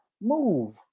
move